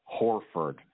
Horford